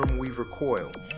weaver coil.